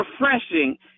refreshing